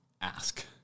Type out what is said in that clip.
ask